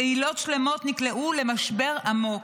קהילות שלמות נקלעו למשבר עמוק.